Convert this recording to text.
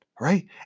right